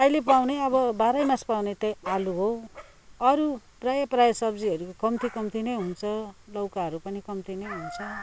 अहिले पाउने अब बाह्रै मास पाउने त्यही आलु हो अरू प्रायःप्रायः सब्जीहरू कम्ती कम्ती नै हुन्छ लौकाहरू पनि कम्ती नै हुन्छ